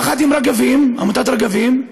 יחד עם עמותת רגבים,